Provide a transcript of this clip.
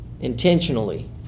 intentionally